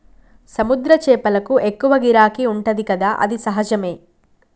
సముద్ర చేపలకు ఎక్కువ గిరాకీ ఉంటది కదా అది సహజమే